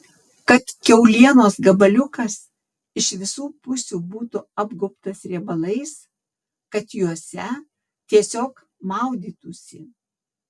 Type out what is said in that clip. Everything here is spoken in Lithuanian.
kad kiaulienos gabaliukas iš visų pusių būtų apgaubtas riebalais kad juose tiesiog maudytųsi